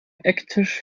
ecktisch